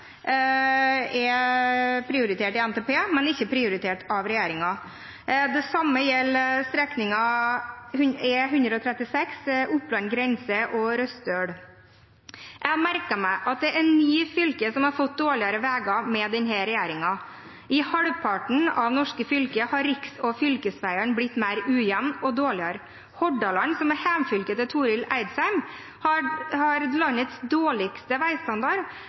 er prioritert i NTP, men ikke prioritert av regjeringen. Det samme gjelder strekningen E136 Oppland grense–Rødstøl. Jeg merker meg at det er ni fylker som har fått dårligere veier med denne regjeringen. I halvparten av norske fylker har riks- og fylkesveiene blitt mer ujevne og dårligere. Hordaland, som er hjemfylket til Torill Eidsheim, har landets dårligste veistandard,